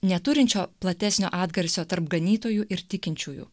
neturinčio platesnio atgarsio tarp ganytojų ir tikinčiųjų